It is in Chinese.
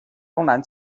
东南